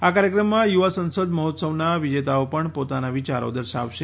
આ કાર્યક્રમમાં યુવા સંસદ મહોત્સવના વિજેતાઓ પણ પોતાના વિયારો દર્શાવશે